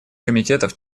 комитетов